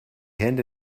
hände